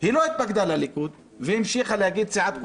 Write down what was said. היא לא התפקדה לליכוד והמשיכה להגיד סיעת כולנו.